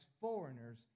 foreigners